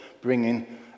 bringing